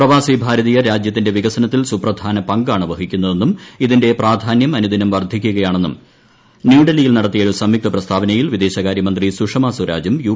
പ്രവാസി ഭാരതീയർ രാജ്യത്തിന്റെ വികസനത്തിൽ സുപ്രധാന പങ്കാണ് വഹിക്കുന്നതെന്നും ഇതിന്റെ പ്രാധാന്യം അനുദിനം വർദ്ധിക്കുകയാണെന്നും ന്യൂഡൽഹിയിൽ നടത്തിയ ഒരു സംയുക്ത പ്രസ്താവനയിൽ വിദേശകാരൃമന്ത്രി സുഷമ സ്വരാജും യു